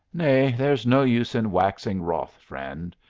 nay, there's no use in waxing wroth, friend!